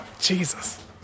Jesus